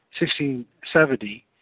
1670